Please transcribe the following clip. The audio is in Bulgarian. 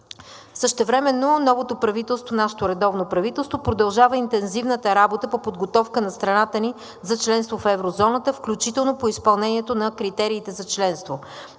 Същевременно новото правителство, нашето редовно правителство, продължава интензивната работа по подготовка на страната ни за членство в еврозоната, включително по изпълнението на критериите за членство.